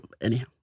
Anyhow